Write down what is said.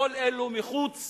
כל אלו מחוץ